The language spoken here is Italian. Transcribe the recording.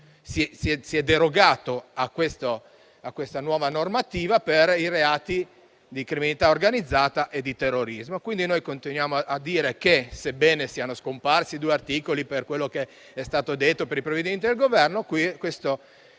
si è derogato a questa nuova normativa per i reati di criminalità organizzata e di terrorismo. Continuiamo a dire che, sebbene siano scomparsi due articoli per quello che è stato detto per le misure del Governo,